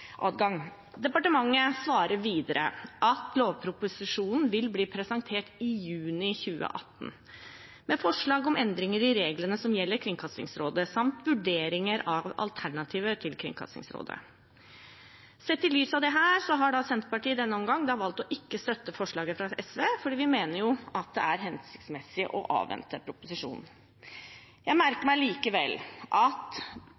Departementet svarer videre at lovproposisjonen vil bli presentert i juni 2018 med forslag om endringer i reglene som gjelder Kringkastingsrådet, samt vurderinger av alternativer til Kringkastingsrådet. Sett i lys av dette har Senterpartiet i denne omgang valgt ikke å støtte forslaget fra SV fordi vi mener det er hensiktsmessig å avvente proposisjonen. Jeg merker meg likevel at